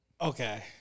Okay